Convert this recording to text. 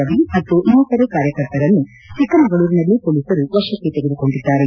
ರವಿ ಮತ್ತು ಇನ್ನಿತರೆ ಕಾರ್ಯಕರ್ತರನ್ನು ಚಿಕ್ಕಮಗಳೂರಿನಲ್ಲಿ ಮೊಲೀಸರು ವಶಕ್ಕೆ ತೆಗೆದುಕೊಂಡಿದ್ದಾರೆ